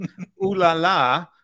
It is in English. ooh-la-la